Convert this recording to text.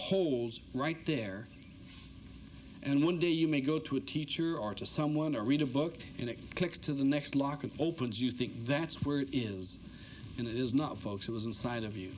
holes right there and one day you may go to a teacher or to someone or read a book and it clicks to the next lock and opens you think that's where it is and it is not folks who is inside of you